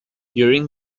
during